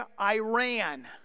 Iran